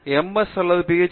S அல்லது Ph